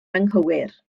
anghywir